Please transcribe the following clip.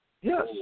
Yes